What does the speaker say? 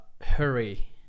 hurry